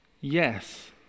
yes